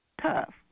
tough